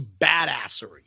badassery